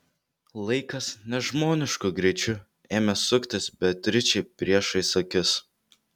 laikas nežmonišku greičiu ėmė suktis beatričei priešais akis